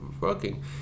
working